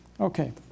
Okay